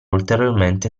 ulteriormente